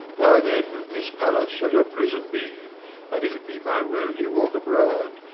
why then, this palace shall your prison be and if it be my will you walk abroad,